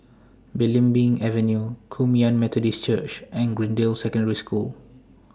Belimbing Avenue Kum Yan Methodist Church and Greendale Secondary School